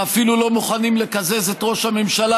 ואפילו לא מוכנים לקזז את ראש הממשלה,